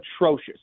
atrocious